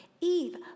Eve